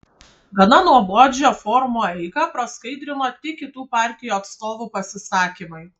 gana nuobodžią forumo eigą praskaidrino tik kitų partijų atstovų pasisakymai